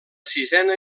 sisena